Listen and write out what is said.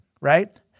right